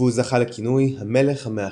והוא זכה לכינוי "המלך המאחד"